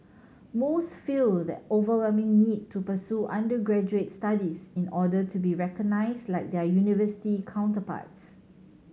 most feel the overwhelming need to pursue undergraduate studies in order to be recognised like their university counterparts